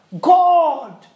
God